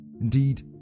Indeed